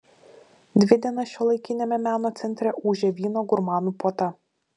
dvi dienas šiuolaikiniame meno centre ūžė vyno gurmanų puota